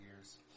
years